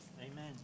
Amen